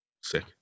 sick